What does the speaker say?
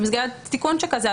במסגרת תיקון שכזה,